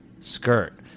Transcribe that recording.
skirt